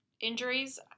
Injuries